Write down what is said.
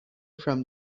from